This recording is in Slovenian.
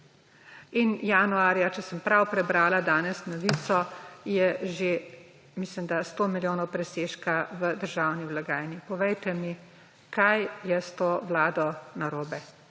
Januarja, če sem prav prebrala danes novico, je že mislim, da 100 milijonov presežka v državni blagajni. Povejte mi, kaj je s to vlado narobe.